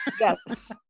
Yes